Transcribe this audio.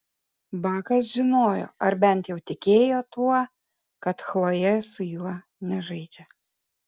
bakas žinojo ar bent jau tikėjo tuo kad chlojė su juo nežaidžia